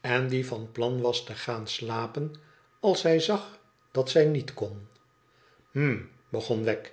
en die van plan was te gaan slapen als zij zag dat zij niet kon hm begon wegg